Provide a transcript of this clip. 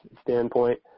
standpoint